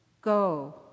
Go